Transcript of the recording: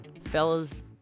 fellas